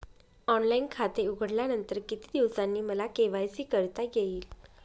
Online खाते उघडल्यानंतर किती दिवसांनी मला के.वाय.सी करता येईल?